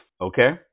okay